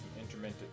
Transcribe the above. intermittent